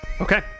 Okay